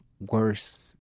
worse